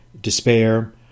despair